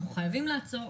אנחנו חייבים לעצור,